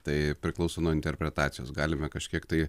tai priklauso nuo interpretacijos galime kažkiek tai